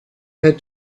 had